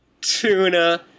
Tuna